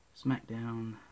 Smackdown